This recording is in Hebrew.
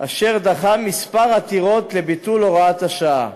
אשר דחה כמה עתירות לביטול הוראת השעה,